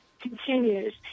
continues